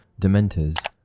Dementors